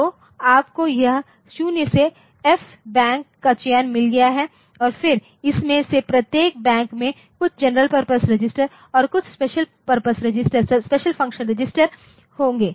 तो आपको यह 0 से F बैंक का चयन मिल गया है और फिर इसमें से प्रत्येक बैंक में कुछ जनरल पर्पस रजिस्टर और कुछ स्पेशल फंक्शन रजिस्टर होंगे